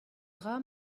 dra